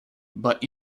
but